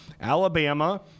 Alabama